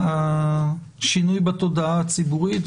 השינוי בתודעה הציבורית,